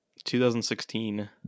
2016